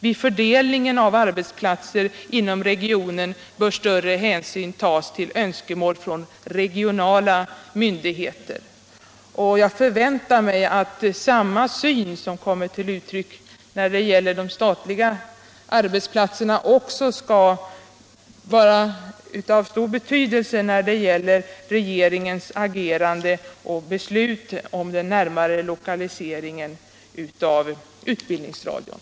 Vid fördelning av arbetsplatser inom regionen bör större hänsyn tas till önskemål från regionala myndigheter.” Jag förväntar mig att samma syn som kommit till uttryck när det gäller de statliga arbetsplatserna också skall vara av stor betydelse när det gäller regeringens agerande och beslut om den närmare lokaliseringen av utbildningsradion.